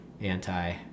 anti